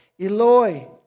Eloi